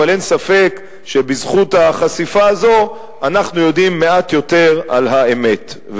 אבל אין ספק שבזכות החשיפה הזאת אנחנו יודעים מעט יותר על האמת.